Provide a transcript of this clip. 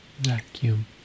vacuum